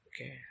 Okay